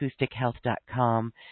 acoustichealth.com